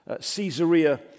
Caesarea